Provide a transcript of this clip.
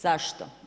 Zašto?